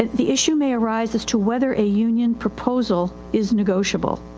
the issue may arise as to whether a union proposal is negotiable.